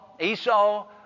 Esau